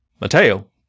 Mateo